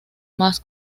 más